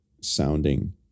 sounding